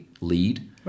lead